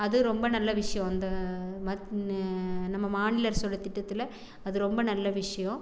அது ரொம்ப நல்ல விஷயோம் அந்த நம்ம மாநில அரசோடய திட்டத்தில் அது ரொம்ப நல்ல விஷயோம்